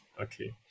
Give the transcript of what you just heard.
okay